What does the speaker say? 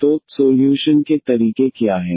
तो सोल्यूशन के तरीके क्या हैं